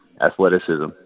athleticism